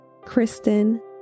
Kristen